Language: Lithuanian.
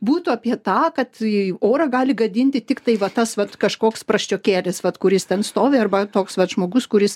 būtų apie tą kad į orą gali gadinti tiktai va tas vat kažkoks prasčiokėlis vat kuris ten stovi arba toks vat žmogus kuris